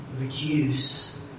reduce